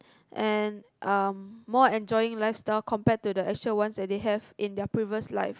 and um more enjoying lifestyle compared to actual ones that they have in their previous life